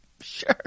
sure